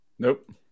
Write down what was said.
Nope